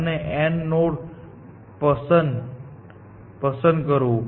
અને n node પસંદ કરવું